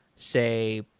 say,